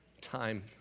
time